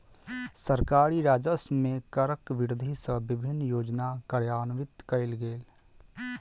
सरकारी राजस्व मे करक वृद्धि सँ विभिन्न योजना कार्यान्वित कयल गेल